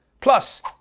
Plus